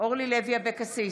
אורלי לוי אבקסיס,